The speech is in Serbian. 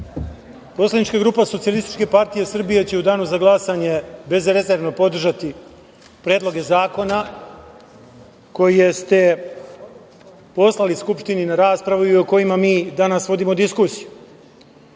poslanička grupa SPS će u danu za glasanje bezrezervno podržati predloge zakona koje ste poslali Skupštini na raspravu i o kojima mi danas vodimo diskusiju. Ja